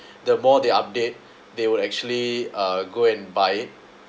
the more they update they would actually uh go and buy it